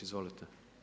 Izvolite.